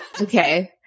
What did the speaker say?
Okay